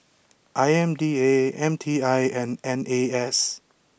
I M D A M T I and N A S